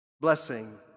Blessing